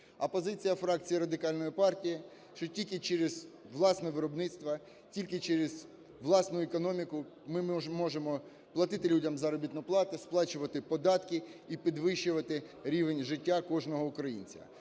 позиція фракції Радикальної партії, що тільки через власне виробництво, тільки через власну економіку ми можемо платити людям заробітну плату, сплачувати податки і підвищувати рівень життя кожного українця.